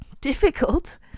difficult